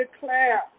declare